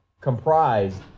comprised